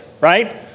right